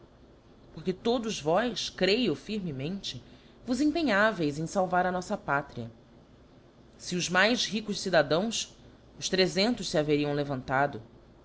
porque todos vós creio firmemente vos empenháveis em falvar a nofla pátria se os mais ricos cidadãos os trefentos fe haveriam levantado